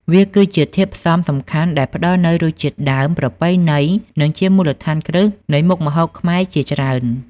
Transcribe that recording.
វាគឺជាធាតុផ្សំសំខាន់ដែលផ្តល់នូវរសជាតិដើម ប្រពៃណី និងជាមូលដ្ឋានគ្រឹះនៃមុខម្ហូបខ្មែរជាច្រើន។